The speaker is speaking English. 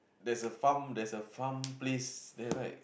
there's a farm there's a farm place there right